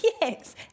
Yes